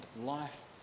life